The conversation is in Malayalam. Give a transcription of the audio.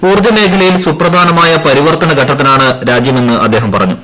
ഊർജ്ജമേഖലയിൽ സുപ്രധാനമായ പരിവർത്തന ഘട്ടത്തിലാണ് രാജ്യമെന്ന് അദ്ദേഹം പറഞ്ഞു